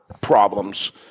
problems